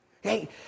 Hey